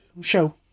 show